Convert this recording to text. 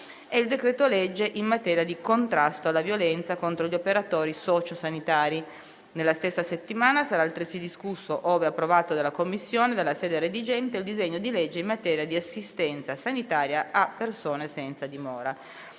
e il decreto-legge in materia di contrasto alla violenza contro gli operatori sociosanitari. Nella stessa settimana sarà altresì discusso, ove approvato dalla Commissione dalla sede redigente, il disegno di legge in materia di assistenza sanitaria a persone senza dimora.